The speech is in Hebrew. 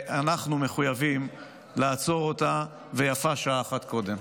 אנחנו מחויבים לעצור אותה, ויפה שעה אחת קודם.